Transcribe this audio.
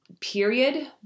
period